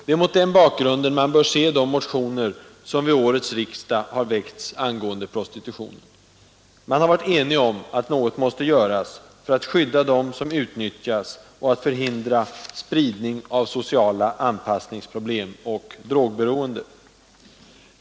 Det är mot denna bakgrund man bör se de motioner som vid årets riksdag väckts angående prostitutionen. Man har varit enig om att något måste göras för att skydda dem som utnyttjas och förhindra spridning av sociala anpassningsproblem och drogberoende.